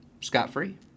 scot-free